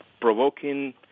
provoking